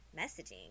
messaging